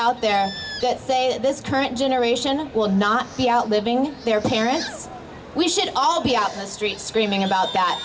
out there that say this current generation will not be outliving their parents we should all be out in the streets screaming about that